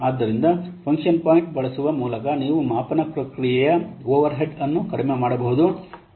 ಆದ್ದರಿಂದ function point ಬಳಸುವ ಮೂಲಕ ನೀವು ಮಾಪನ ಪ್ರಕ್ರಿಯೆಯ ಓವರ್ರ್ ಹೆಡ್ ಅನ್ನು ಕಡಿಮೆ ಮಾಡಬಹುದು